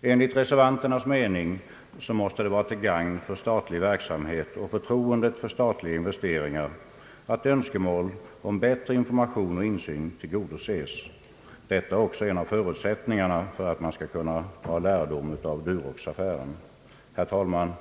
Enligt reservanternas mening måste det vara till gagn för statlig verksamhet och förtroendet för statliga investeringar att önskemål om bättre information och insyn tillgodoses. Detta är också en av förutsättningarna för att man skall kunna dra lärdom av Duroxaffären. Herr talman!